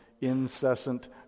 incessant